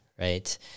right